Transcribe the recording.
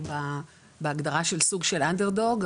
או בהגדרה של סוג של אנדרדוג,